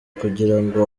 kugirango